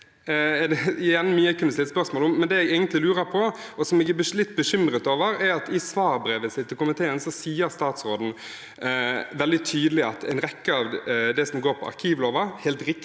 det jeg egentlig lurer på, og som jeg blir litt bekymret over, er at i svarbrevet sitt til komiteen sier statsråden veldig tydelig at en rekke av det som handler om arkivlova, helt riktig